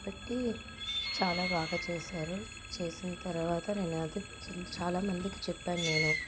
కాబట్టి చాలా బాగా చేశారు చేసిన తర్వాత నేను అది చాలామందికి చెప్పాను నేను